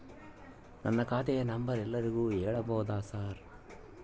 ನನ್ನ ಖಾತೆಯ ನಂಬರ್ ಎಲ್ಲರಿಗೂ ಹೇಳಬಹುದಾ ಸರ್?